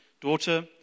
daughter